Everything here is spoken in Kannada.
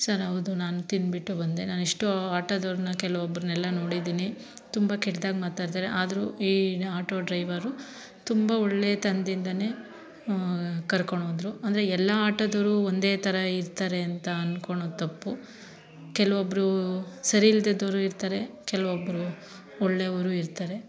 ಸರ್ ಹೌದು ನಾನು ತಿಂದುಬಿಟ್ಟು ಬಂದೆ ನಾನು ಎಷ್ಟೋ ಆಟೋದವರನ್ನ ಕೆಲವೊಬ್ಬರನ್ನೆಲ್ಲ ನೋಡಿದ್ದೀನಿ ತುಂಬ ಕೆಟ್ಟದಾಗಿ ಮಾತಾಡ್ತಾರೆ ಆದರೂ ಈ ಆಟೋ ಡ್ರೈವರ್ ತುಂಬ ಒಳ್ಳೆತನದಿಂದಲೇ ಕರ್ಕೊಂಡು ಬಂದರು ಅಂದರೆ ಎಲ್ಲ ಆಟೋದವರೂ ಒಂದೇ ಥರ ಇರ್ತಾರೆ ಅಂತ ಅನ್ಕೊಳೋದು ತಪ್ಪು ಕೆಲವೊಬ್ಬರು ಸರಿ ಇಲ್ಲದೆ ಇದ್ದವರೂ ಇರ್ತಾರೆ ಕೆಲವೊಬ್ಬರು ಒಳ್ಳೆಯವರೂ ಇರ್ತಾರೆ